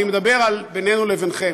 אני מדבר על בינינו לבינכם.